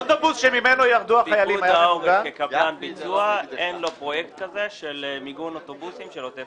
שוב - אין בפרויקט הזה של מיגון אוטובוסים של עוטף עזה.